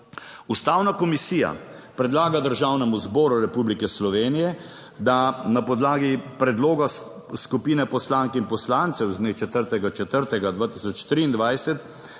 Ustavna komisija predlaga Državnemu zboru Republike Slovenije, da na podlagi predloga skupine poslank in poslancev z dne 4. 4. 2023